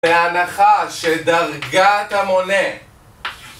בהנחה שדרגת המונה